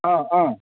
ꯑꯪ ꯑꯪ